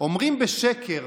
אומרים בשקר